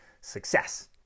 success